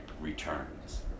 returns